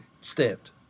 Stamped